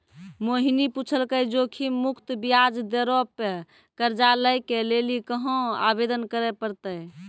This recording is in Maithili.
मोहिनी पुछलकै जोखिम मुक्त ब्याज दरो पे कर्जा लै के लेली कहाँ आवेदन करे पड़तै?